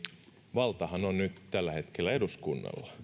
valtahan on nyt tällä hetkellä eduskunnalla